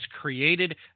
created